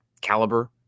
caliber